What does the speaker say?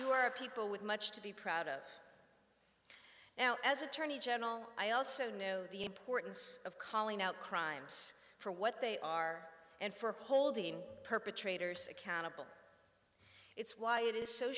you are people with much to be proud of now as attorney general i also know the importance of calling out crimes for what they are and for holding perpetrators accountable it's why it is so